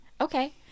Okay